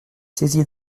saisie